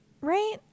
Right